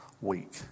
week